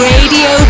Radio